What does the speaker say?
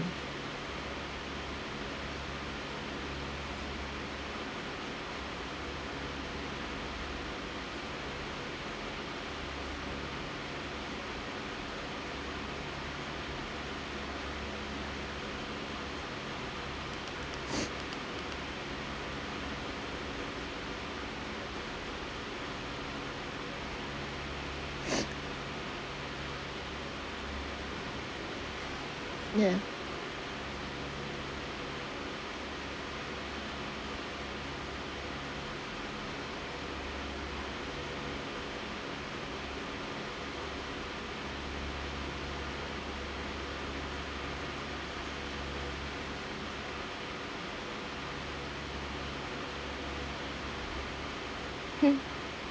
ya hmm